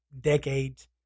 decades